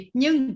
nhưng